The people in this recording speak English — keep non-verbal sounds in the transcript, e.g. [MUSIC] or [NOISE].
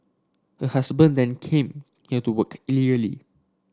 her husband then came here to work [UNINTELLIGIBLE]